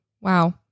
Wow